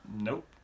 Nope